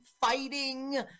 fighting